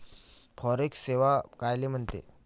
Forex सेवा कायले म्हनते?